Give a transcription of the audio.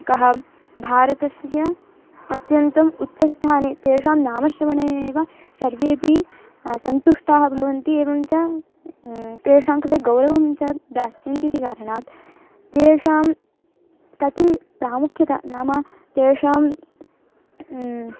कः भारतस्य अत्यन्तं उच्छस्थाने तेषां नाम श्रवणेनेव सर्वेऽपि सन्तुष्टाः भवन्ति एवं च तेषां कृते गौरवं च दास्यन्ति इति कारणात् तेषां कति प्रामुख्यत नाम तेषां